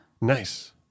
Nice